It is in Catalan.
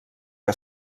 que